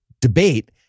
debate